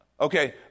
okay